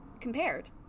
compared